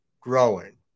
growing